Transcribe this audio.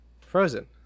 Frozen